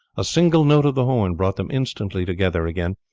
a single note of the horn brought them instantly together again,